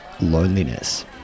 loneliness